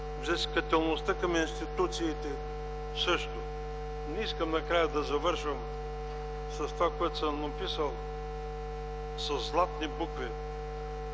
взискателността към институциите – също. Не искам накрая да завършвам с това, което съм написал със златни букви